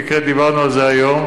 במקרה דיברנו על זה היום,